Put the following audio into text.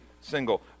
single